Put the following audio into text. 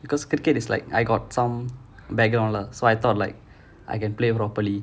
because cricket is like I got some background lah so I thought like I can play properly